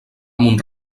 mont